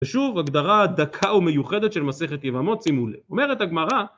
ושוב הגדרה דקה ומיוחדת של מסכת יבמות, שימו לב. אומרת הגמרא